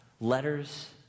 letters